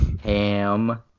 Ham